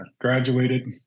graduated